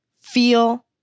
feel